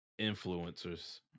influencers